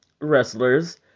wrestlers